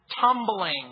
tumbling